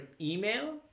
email